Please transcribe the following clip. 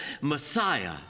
messiah